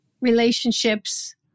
relationships